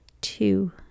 two